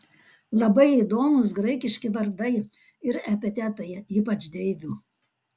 labai įdomūs graikiški vardai ir epitetai ypač deivių